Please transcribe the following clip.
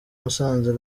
musanze